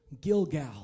Gilgal